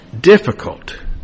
difficult